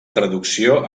traducció